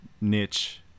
niche